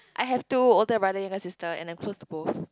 I have two older brother younger sister and I close to both